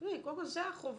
תשמעי, קודם כול זו החובה.